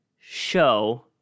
show